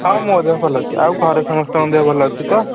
ହଁ ମୋ ଦେହ ଭଲ ଅଛି ଆଉ ଘରେ ସମସ୍ତଙ୍କ ଦେହ ଭଲ ଅଛି ତ